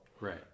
Right